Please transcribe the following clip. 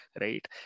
right